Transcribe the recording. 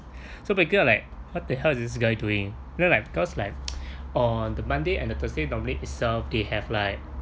so basically I'm like what the hell is this guy doing then like cause like on monday and tuesday normally itself they have like